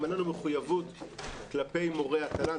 גם אין לנו מחויבות כלפי מורי התל"ן,